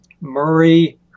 Murray